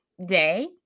day